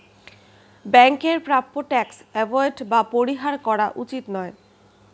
ব্যাংকের প্রাপ্য tax avoid বা পরিহার করা উচিত নয়